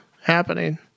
happening